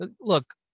look